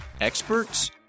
experts